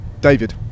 David